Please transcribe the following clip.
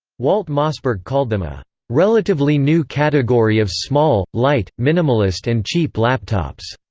walt mossberg called them a relatively new category of small, light, minimalist and cheap laptops.